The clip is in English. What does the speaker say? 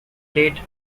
played